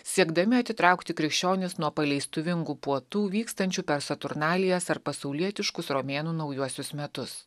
siekdami atitraukti krikščionis nuo paleistuvingų puotų vykstančių per saturnalijas ar pasaulietiškus romėnų naujuosius metus